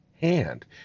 hand